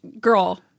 girl